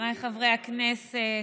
חבריי חברי הכנסת,